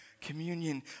Communion